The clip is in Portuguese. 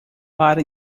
para